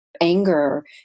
anger